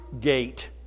gate